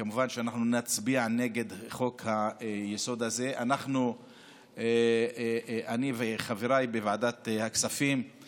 ומשייכים את זה רק לכעס על אדם אחד ועל משפחה